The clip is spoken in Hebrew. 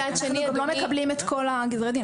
מצד שני, הם לא מקבלים את כל גזר הדין.